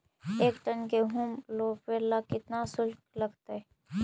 एक टन गेहूं रोपेला केतना शुल्क लगतई?